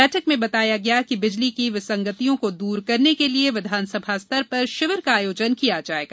बैठक में बताया गया कि बिजली बिल की विसंगतियों को दूर करने के लिए विधानसभा स्तर पर शिविर का आयोजन किया जायेगा